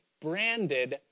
branded